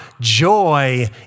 joy